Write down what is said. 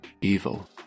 evil